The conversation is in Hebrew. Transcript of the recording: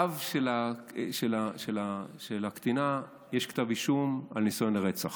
לאב של הקטינה יש כתב אישום על ניסיון לרצח.